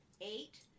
eight